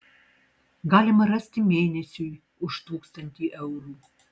galima rasti mėnesiui už tūkstantį eurų